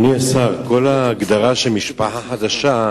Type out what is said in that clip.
אדוני השר, כל ההגדרה של "משפחה חדשה"